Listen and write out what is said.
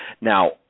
now